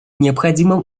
необходимым